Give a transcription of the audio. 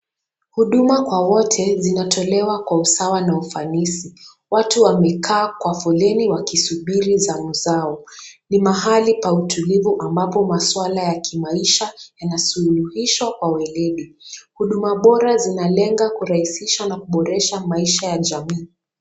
Huduma kwa wote zinatolewa kwa usawa na ufanisi. Watu wamekaa kwa foleni wakisubiri zamu zao. Ni mahali pa utulivu ambapo maswala ya kimaisha yanasuluhishwa kwa weledi. Huduma bora zinalenga kurahisisha na kuboresha maisha ya jamii.